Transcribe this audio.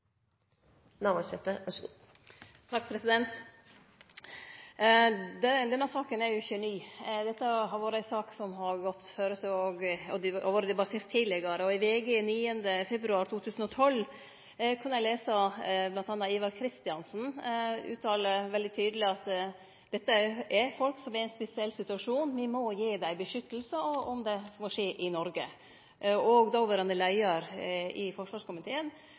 jo ikkje ny. Dette har vore ei sak som har gått føre seg og vore debattert tidlegare, og i VG den 9. februar 2012 kunne ein lese bl.a. Ivar Kristiansen uttale veldig tydeleg at dette er folk som er i ein spesiell situasjon, me må gi dei vern, om det så skulle skje i Noreg. Dåverande leiar i forsvarskomiteen